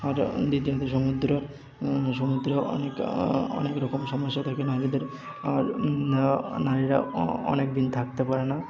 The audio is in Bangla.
আর দ্বিতীয়ত সমুদ্র সমুদ্রে অনেক অনেক রকম সমস্যা থাকে নারীদের আর নারীরা অনেক দিন থাকতে পারে না